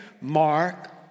Mark